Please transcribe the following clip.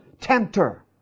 tempter